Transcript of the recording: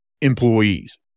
employees